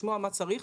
לשמוע מה צריך.